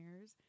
years